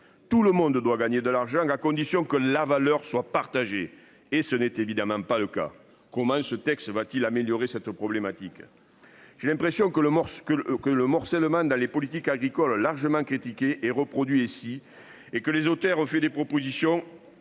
Tout le monde doit gagner de l'argent à condition que la valeur soit partagé et ce n'est évidemment pas le cas, qu'on mange. Ce texte va-t-il améliorer cette problématique. J'ai l'impression que le morse que le que le morcellement dans les politiques agricoles largement critiqué et reproduit ici et que les auteurs ont fait des propositions.